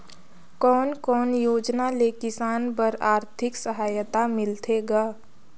कोन कोन योजना ले किसान बर आरथिक सहायता मिलथे ग?